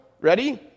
Ready